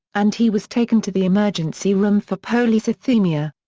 and he was taken to the emergency room for polycythemia.